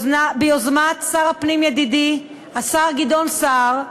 ביוזמת שר הפנים, ידידי השר גדעון סער,